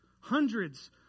Hundreds